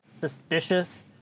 suspicious